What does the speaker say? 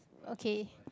okay